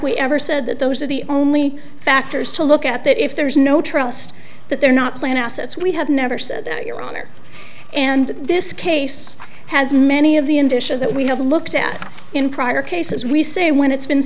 we ever said that those are the only factors to look at that if there's no trust that they're not planned assets we have never said that your honor and this case has many of the industry that we have looked at in prior cases we say when it's been